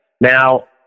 Now